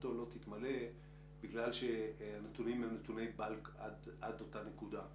תביעתו לא תתמלא בגלל שהנתונים הם נתוני באלק עד לאותה נקודה.